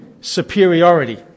superiority